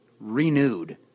renewed